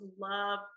love